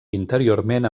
interiorment